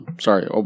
Sorry